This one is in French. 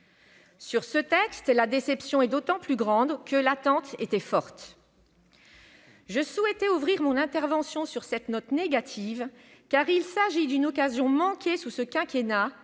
Sur ce texte, la déception est d'autant plus grande que l'attente était forte. Je souhaitais ouvrir mon intervention sur cette note négative, car il s'agit d'une occasion manquée sous ce quinquennat